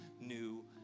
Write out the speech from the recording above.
new